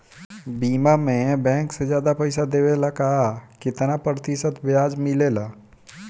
बीमा में बैंक से ज्यादा पइसा देवेला का कितना प्रतिशत ब्याज मिलेला?